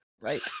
right